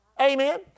Amen